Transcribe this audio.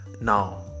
Now